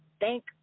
thank